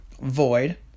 Void